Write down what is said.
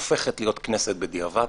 הופכת להיות כנסת בדיעבד